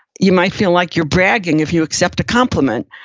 you might feel like you're bragging if you accept a compliment.